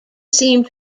seem